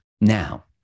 now